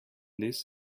this